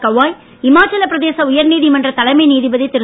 கவாய் இமாச்சல பிரதேச உயர்நீதிமன்ற தலைமை நீதிபதி திரு